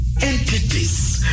entities